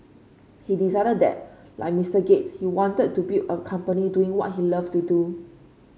he decided that like Mister Gates he wanted to build a company doing what he loved to do